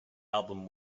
album